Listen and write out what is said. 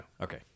okay